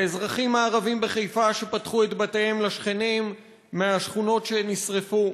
האזרחים הערבים בחיפה שפתחו את בתיהם לשכנים מהשכונות שנשרפו,